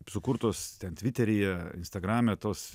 sukurtos ten tviteryje instagrame tos